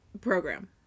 program